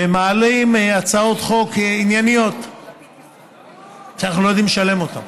מעלים הצעות חוק ענייניות שאנחנו לא יודעים לשלם עליהן.